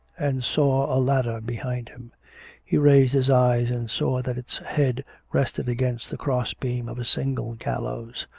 and saw a ladder behind him he raised his eyes and saw that its head rested against the cross-beam of a single gallows,